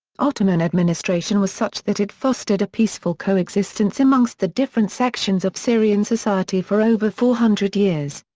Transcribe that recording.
ottoman administration was such that it fostered a peaceful coexistence amongst the different sections of syrian society for over four hundred years.